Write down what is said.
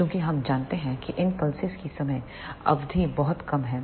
चूंकि हम जानते हैं कि इन पल्सेस की समय अवधि बहुत कम है